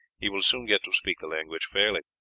he will soon get to speak the language fairly.